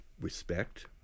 respect